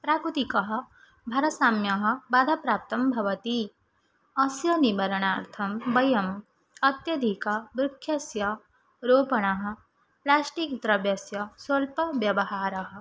प्राकृतिकः भारसाम्यः बाधाप्राप्तं भवति अस्य निवारणार्थं वयं अत्यधिकवृक्षस्या आरोपणं प्लेष्टिक् द्रव्यस्य स्वल्पव्यवहारः